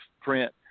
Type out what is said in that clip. print